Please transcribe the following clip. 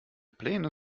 pläne